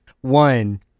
One